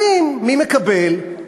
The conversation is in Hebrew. מי מקבל?